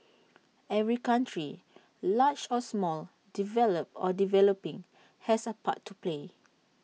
every country large or small developed or developing has A part to play